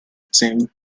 team